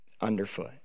underfoot